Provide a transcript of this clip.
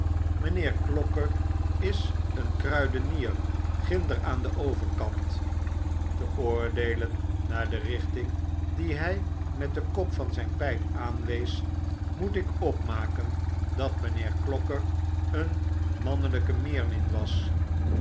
mijnheer clocker is een kruidenier ginder aan den overkant te oordeelen naar de richting die hy met den kop van zyn pyp aan wees moet ik opmaken dat mynheer clocker een mannelyke meermin was